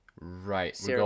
right